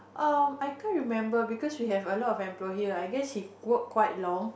um I can't remember because we have a lot of member here lah I guess he worked quite long